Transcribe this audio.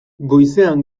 goizean